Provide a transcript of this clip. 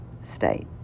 state